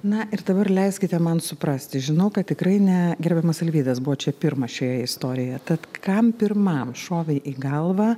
na ir dabar leiskite man suprasti žinau kad tikrai ne gerbiamas arvydas buvo čia pirmas šioje istorijoje tad kam pirmam šovė į galvą